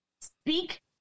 speak